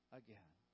again